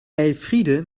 elfriede